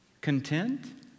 content